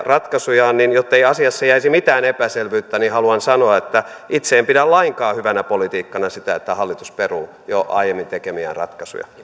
ratkaisujaan niin jottei asiassa jäisi mitään epäselvyyttä haluan sanoa että itse en pidä lainkaan hyvänä politiikkana sitä että hallitus peruu jo aiemmin tekemiään ratkaisuja